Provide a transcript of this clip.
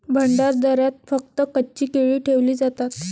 भंडारदऱ्यात फक्त कच्ची केळी ठेवली जातात